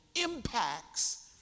impacts